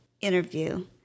interview